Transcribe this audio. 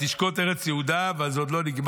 ותשקוט ארץ יהודה" אבל זה עוד לא נגמר,